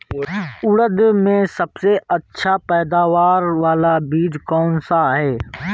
उड़द में सबसे अच्छा पैदावार वाला बीज कौन सा है?